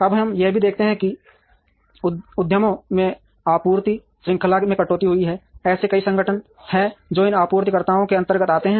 अब हम यह भी देखते हैं कि उद्यमों में आपूर्ति श्रृंखला में कटौती हुई है ऐसे कई संगठन हैं जो इन आपूर्तिकर्ताओं के अंतर्गत आते हैं